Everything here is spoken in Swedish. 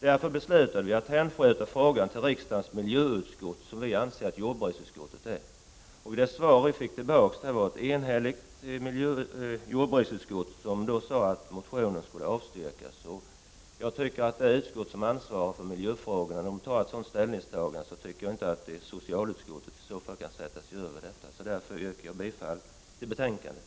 Vi beslutade därför att hänskjuta frågan till jordbruksutskottet, som vi anser vara riksdagens miljöutskott. Ett enhälligt jordbruksutskott svarade att motionen skulle avstyrkas. Jag anser att när det utskott som ansvarar för miljöfrågorna tar ett sådant ställningstagande kan inte socialutskottet sätta sig över detta. Därför yrkar jag bifall till hemställan i betänkandet.